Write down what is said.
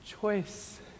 choice